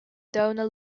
donor